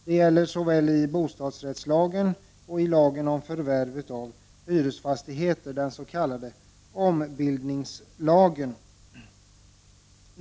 Det gäller såväl i bostadsrättslagen som i lagen om förvärv av hyresfastigheter, den s.k. ombildningslagen.